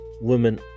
women